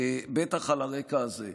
בטח על הרקע הזה.